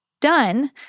done